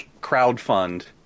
crowdfund